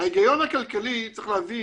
ההיגיון הכלכלי, צריך להבין,